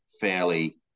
fairly